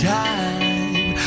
time